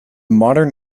modern